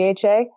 DHA